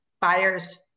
buyers